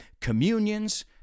communions